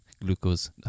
glucose